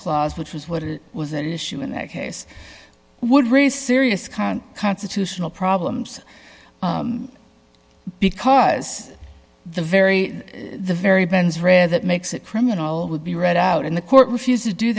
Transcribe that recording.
clause which was what it was an issue in that case would raise serious con constitutional problems because the very the very bans rare that makes it criminal would be read out in the court refused to do